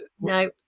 no